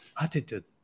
attitude